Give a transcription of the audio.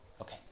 okay